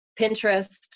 Pinterest